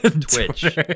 twitch